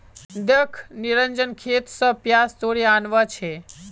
दख निरंजन खेत स प्याज तोड़े आनवा छै